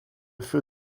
für